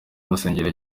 basengera